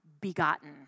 begotten